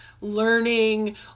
learning